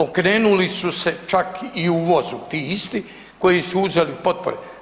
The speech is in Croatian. Okrenuli su se čak i uvozu tih isti koji su uzeli potpore.